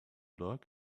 dog